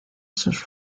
sus